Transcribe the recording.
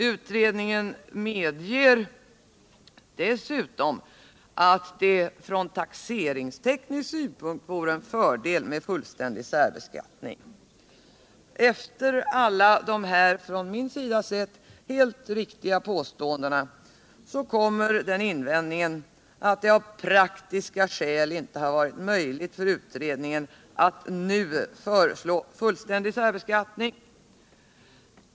Utredningen medgav dessutom att det från taxeringsteknisk synpunkt vore en fördel med fullständig särbeskattning. Ej Efter alla dessa från min sida sett helt riktiga påståenden kommer sedan den invändningen, att det av praktiska skäl inte har varit möjligt för utredningen att nu föreslå fullständig särbeskattning!